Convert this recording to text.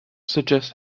suggest